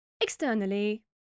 externally